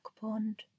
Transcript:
pond